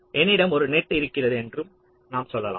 என்னிடம் ஒரு நெட் இருக்கிறது என்றும் நாம் சொல்லலாம்